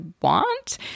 want